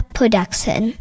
Production